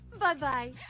Bye-bye